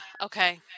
Okay